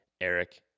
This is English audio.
Eric